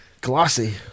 glossy